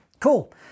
Cool